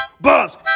Buzz